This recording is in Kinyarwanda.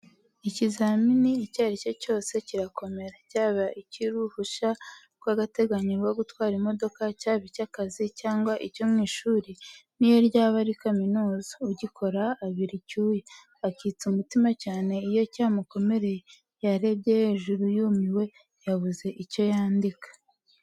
Ikizamini icyo ari cyo cyose kirakomera, cyaba icy'uruhushya rw'agateganyo rwo gutwara imodoka, cyaba icy'akazi cyangwa icyo mu ishuri n'iyo ryaba ari kaminuza, ugikora abira icyuya, akitsa umutima cyane iyo cyamukomereye, yarebye hejuru yumiwe, yabuze icyo yandika.